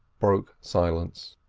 broke silence.